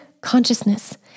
consciousness